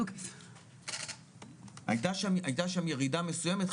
הייתה שם ירידה מסוימת,